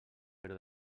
però